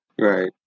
right